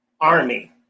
army